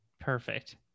Perfect